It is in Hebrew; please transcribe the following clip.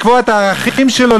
לקבוע את הערכים שלו,